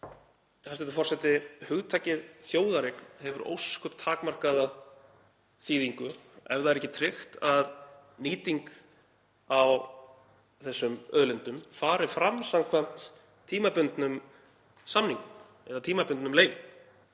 hæstv. forseti, hugtakið þjóðareign hefur ósköp takmarkaða þýðingu ef ekki er tryggt að nýting á þessum auðlindum fari fram samkvæmt tímabundnum samningum eða tímabundnum leyfum.